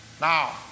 Now